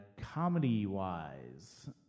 Comedy-wise